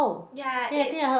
ya it